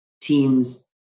teams